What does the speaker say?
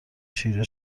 چیره